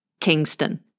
Kingston